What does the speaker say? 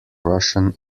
russian